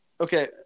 Okay